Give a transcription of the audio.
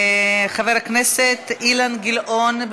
חבר הכנסת אילן גילאון,